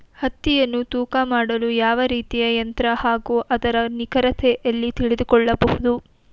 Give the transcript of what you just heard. ಹತ್ತಿಯನ್ನು ತೂಕ ಮಾಡಲು ಯಾವ ರೀತಿಯ ಯಂತ್ರ ಹಾಗೂ ಅದರ ನಿಖರತೆ ಎಲ್ಲಿ ತಿಳಿದುಕೊಳ್ಳಬೇಕು?